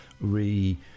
Re